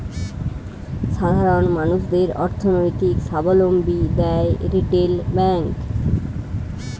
সাধারণ মানুষদের অর্থনৈতিক সাবলম্বী দ্যায় রিটেল ব্যাংক